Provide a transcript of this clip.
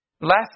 last